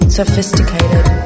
sophisticated